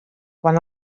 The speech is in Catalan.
quan